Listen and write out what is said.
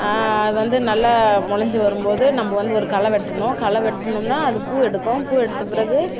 அது வந்து நல்லா முளஞ்சி வரும்போது நம்ம வந்து ஒரு களை வெட்டணும் களை வெட்டினோம்னா அது பூவெடுக்கும் பூவெடுத்த பிறகு